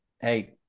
hey